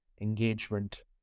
engagement